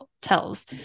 tells